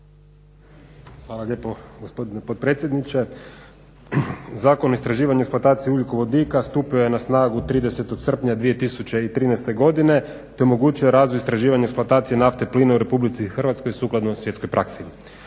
Hvala lijepo gospodine potpredsjedniče. Zakon o istraživanju i eksploataciji ugljikovodika stupio je na snagu 30. srpnja 2013. godine, te omogućio razvoj, istraživanje, eksploatacije nafte, plina u Republici Hrvatskoj sukladno svjetskoj praksi.